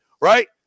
right